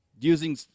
using